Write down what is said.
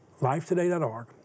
Lifetoday.org